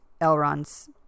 Elrond's